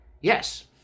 Yes